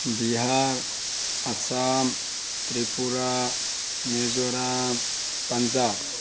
Bihar Assam Tripura Mizoram Punjab